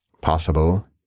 possible